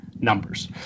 numbers